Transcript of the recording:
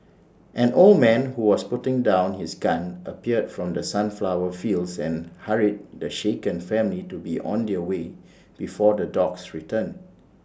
an old man who was putting down his gun appeared from the sunflower fields and hurried the shaken family to be on their way before the dogs return